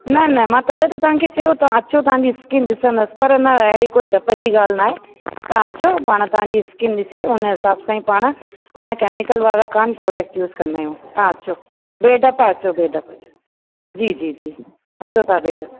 न न मां तॾहिं तव्हांखे चयो तव्हां अचो तव्हांजी स्किन ॾिसंदासीं पर न अहिड़ी कोई ॾप जी ॻाल्हि न आहे तव्हां अचो पाण तव्हांजी स्किन ॾिसी उन हिसाब सां ई पाण पाण कैमिकल वारा कोन्ह प्रोडक्ट यूस कंदा आहियूं तव्हां अचो ॿे ॾप अचो ॿे ॾप अचो जी जी जी अचो तव्हां ॿे ॾप